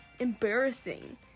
embarrassing